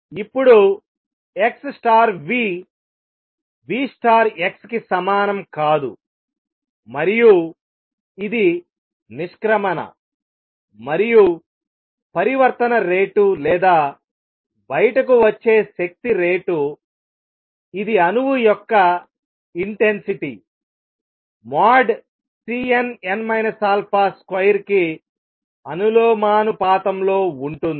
ఇప్పుడు x v v x కి సమానం కాదుమరియు ఇది నిష్క్రమణ మరియు పరివర్తన రేటు లేదా బయటకు వచ్చే శక్తి రేటు ఇది అణువు యొక్క ఇంటెన్సిటీ |Cnn α|2 కి అనులోమానుపాతంలో ఉంటుంది